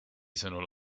sõnul